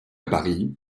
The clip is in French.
paris